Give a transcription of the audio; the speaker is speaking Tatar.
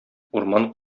урман